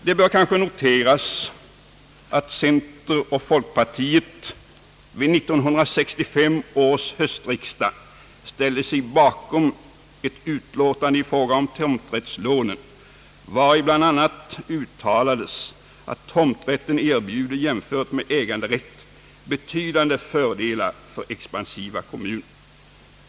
Det bör kanske noteras att centern och folkpartiet vid 1965 års höstriksdag ställde sig bakom ett utlåtande i fråga om tomträttslånen, vari bl.a. uttalades att tomträtten erbjuder jämfört med äganderätten betydande fördelar för expansiva kommuner.